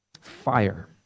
fire